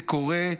זה קורה.